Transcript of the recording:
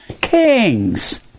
kings